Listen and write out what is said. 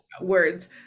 Words